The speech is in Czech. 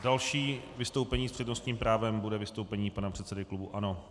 Další vystoupení s přednostním právem bude vystoupení pana předsedy klubu ANO.